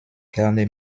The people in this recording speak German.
gerne